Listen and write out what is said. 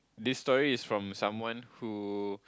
this story is from someone who